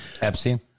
Epstein